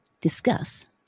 discuss